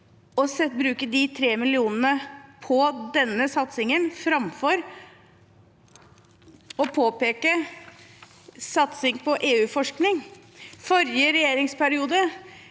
å bruke de tre millionene på denne satsingen framfor å påpeke satsing på EU-forskning. I forrige regjeringsperiode